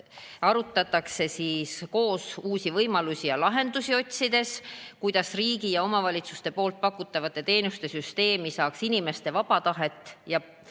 arutatakse, koos uusi võimalusi ja lahendusi otsides, kuidas riigi ja omavalitsuste pakutavate teenuste süsteemis saaks inimeste vaba tahet ja